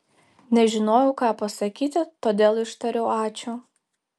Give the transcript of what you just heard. nežinojau ką pasakyti todėl ištariau ačiū